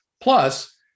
Plus